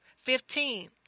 Fifteen